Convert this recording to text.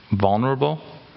vulnerable